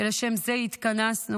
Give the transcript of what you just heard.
שלשם זה התכנסנו.